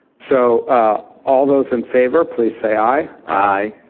so all those in favor please say i. i.